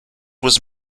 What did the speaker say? was